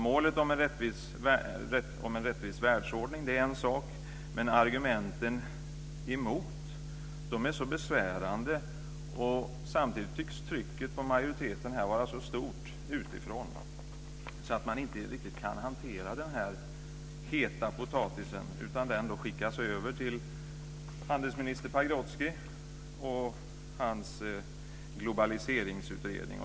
Målet om en rättvis världsordning är en sak, men argumenten emot är så besvärande, och samtidigt tycks trycket på majoriteten här vara så stort utifrån, att man inte riktigt kan hantera denna heta potatis. Den skickas i stället över till handelsminister Pagrotsky och hans globaliseringsutredning.